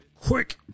Quick